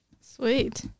Sweet